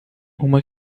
uma